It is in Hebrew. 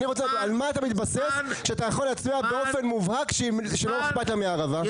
על מה אתה מתבסס שאתה יכול להצביע באופן מובהק שלא אכפת לה מהערבה.